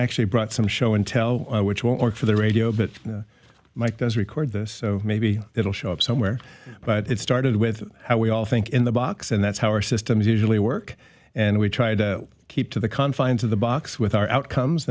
actually brought some show and tell which won't work for the radio but mike does record this so maybe it'll show up somewhere but it started with how we all think in the box and that's how our systems usually work and we try to keep to the confines of the box with our outcomes